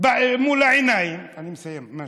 מתקיימות מול העיניים, אני מסיים ממש,